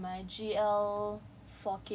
err result for my which one